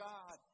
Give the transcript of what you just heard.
God